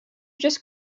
just